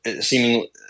seemingly